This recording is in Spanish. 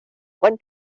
buen